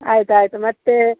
ಆಯ್ತು ಆಯಿತು ಮತ್ತು